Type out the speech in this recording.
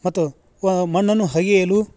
ಮತ್ತು ವ ಮಣ್ಣನ್ನು ಅಗಿಯಲು